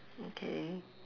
okay